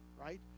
right